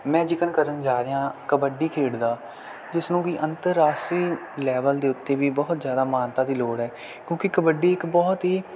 ਮੈਂ ਜ਼ਿਕਰ ਕਰਨ ਜਾ ਰਿਹਾ ਕਬੱਡੀ ਖੇਡ ਦਾ ਜਿਸਨੂੰ ਕਿ ਅੰਤਰਰਾਸ਼ਟਰੀ ਲੈਵਲ ਦੇ ਉੱਤੇ ਵੀ ਬਹੁਤ ਜ਼ਿਆਦਾ ਮਾਨਤਾ ਦੀ ਲੋੜ ਹੈ ਕਿਉਂਕਿ ਕਬੱਡੀ ਇੱਕ ਬਹੁਤ ਹੀ